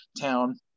town